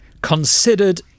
Considered